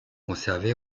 conservée